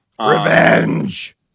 Revenge